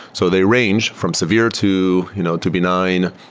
so they range from severe to you know to benign,